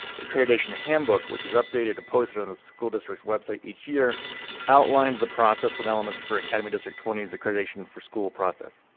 the accreditation handbook, which is updated and posted on the school district's website each year outlines the process and elements for academy district twenty as accreditation for school process.